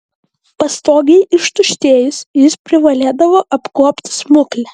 pastogei ištuštėjus jis privalėdavo apkuopti smuklę